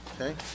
okay